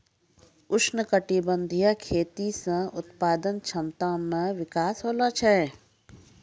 उष्णकटिबंधीय खेती से उत्पादन क्षमता मे विकास होलो छै